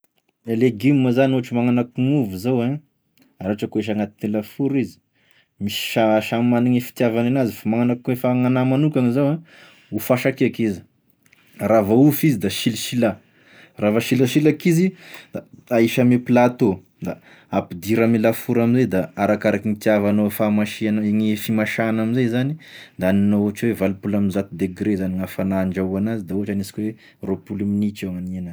Legioma zany ohatra magnano akoa gn'ovy zao ein, raha ohatra ka hoa ahisy agnaty lafaoro izy samy mis- s- samy magnany gn'titiavany an'azy, magnano akoa fa gn'agnahy manokana zao ein, hofoasako eky izy, raha voahofy izy da silasilà, raha voasilasilaky izy da ahisy ame platô da ampidira ame lafaoro amzay izy da arakaraky gn'hitiavanao fahamasign- gny fimasahagny amzay zany da na ohatra hoe valopolo amby zato degre zany gn'hafagna andrahoan'azy da ohatra hoe igniasika roapolo minitra eo gn'anihan'azy.